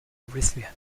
arrhythmia